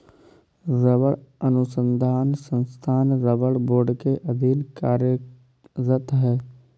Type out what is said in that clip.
रबड़ अनुसंधान संस्थान रबड़ बोर्ड के अधीन कार्यरत है